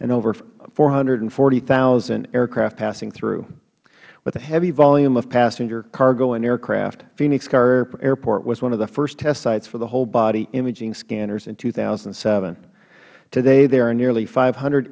and over four hundred and forty thousand aircraft passing through with the heavy volume of passengers cargo and aircraft phoenix sky airport was one of the first test sites for the whole body imaging scanners in two thousand and seven today there are nearly five hundred